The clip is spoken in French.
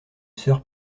sœur